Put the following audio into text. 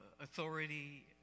authority